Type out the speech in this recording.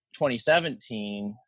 2017